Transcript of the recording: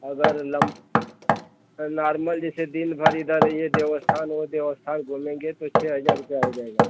अगर लम नार्मल जैसे दिन भर इधर ये देव स्थान वो देव स्थान घूमेंगे तो छ हजार रुपया हो जाएगा